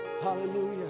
Hallelujah